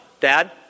Dad